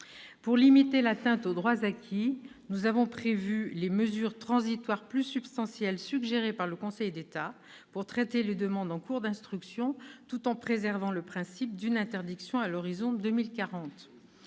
de limiter l'atteinte aux droits acquis, nous avons prévu les « mesures transitoires plus substantielles » suggérées par le Conseil d'État pour traiter les demandes en cours d'instruction, tout en préservant le principe d'une interdiction à l'horizon 2040.